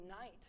night